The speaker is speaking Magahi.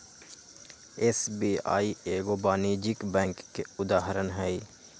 एस.बी.आई एगो वाणिज्यिक बैंक के उदाहरण हइ